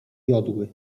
jodły